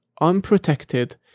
unprotected